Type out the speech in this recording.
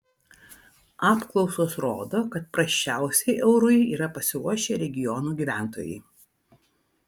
apklausos rodo kad prasčiausiai eurui yra pasiruošę regionų gyventojai